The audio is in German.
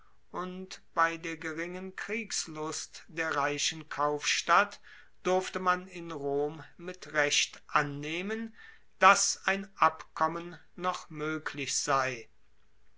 und bei der geringen kriegslust der reichen kaufstadt durfte man in rom mit recht annehmen dass ein abkommen noch moeglich sei